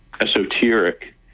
esoteric